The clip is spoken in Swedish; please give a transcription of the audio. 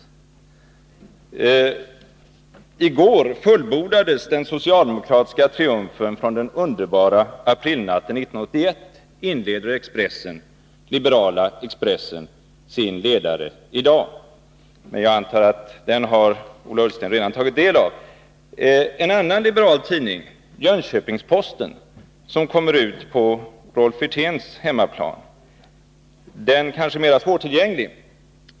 Liberala Expressen inleder sin ledare i dag på följande sätt: ”I går fullbordades den socialdemokratiska triumfen från den underbara aprilnatten 1981.” Jag antar att Ola Ullsten redan har tagit del av den ledaren. En annan liberal tidning, Jönköpings-Posten, som kommer ut på Rolf Wirténs hemmaplan, är kanske mera svårtillgänglig.